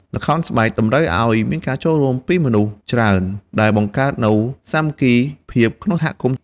ល្ខោនស្បែក តម្រូវឱ្យមានការចូលរួមពីមនុស្សច្រើន ដែលបង្កើតនូវ សាមគ្គីភាព ក្នុងសហគមន៍។